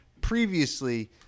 previously